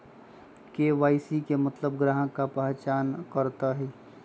KYC के मतलब ग्राहक का पहचान करहई?